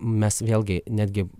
mes vėlgi netgi